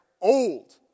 old